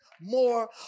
more